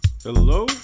Hello